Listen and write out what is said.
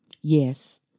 Yes